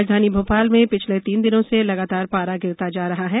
राजधानी भोपाल में पिछले तीन दिनों लगातार पारा गिरता जा रहा है